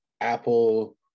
apple